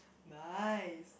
nice